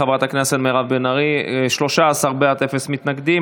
12, אין מתנגדים.